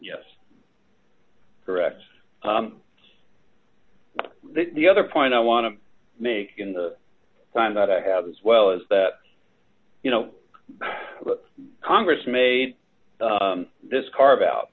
yes correct the other point i want to make in the time that i have as well is that you know congress made this carve out